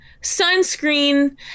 sunscreen